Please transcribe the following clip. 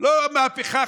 ולא המהפכה,